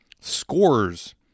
scores